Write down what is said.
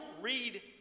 read